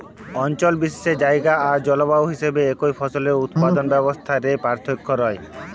অঞ্চল বিশেষে জায়গা আর জলবায়ু হিসাবে একই ফসলের উৎপাদন ব্যবস্থা রে পার্থক্য রয়